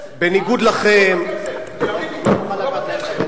בניגוד לכם, אני לא בעד לקחת מהם את הכסף.